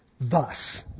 Thus